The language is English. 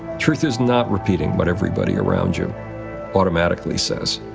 truth is not repeating what everybody around you automatically says.